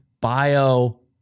bio